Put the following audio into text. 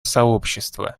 сообщества